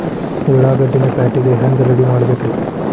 ಉಳ್ಳಾಗಡ್ಡಿನ ಪ್ಯಾಟಿಗೆ ಹ್ಯಾಂಗ ರೆಡಿಮಾಡಬೇಕ್ರೇ?